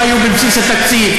לא היו בבסיס התקציב.